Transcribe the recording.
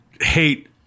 hate